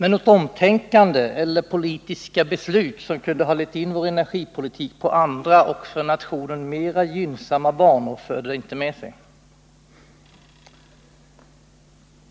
Något omtänkande eller några politiska beslut som kunde halett in vår energipolitik på andra och för nationen mera gynnsamma banor förde det inte med sig.